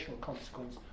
consequence